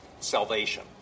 salvation